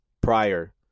prior